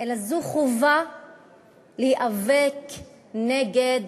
אלא זו חובה להיאבק נגד